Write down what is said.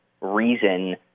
reason